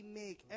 make